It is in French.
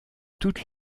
toute